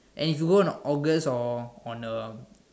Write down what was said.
and if you go on a August or on a